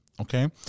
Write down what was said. Okay